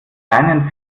kleinen